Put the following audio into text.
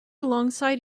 alongside